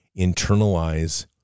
internalize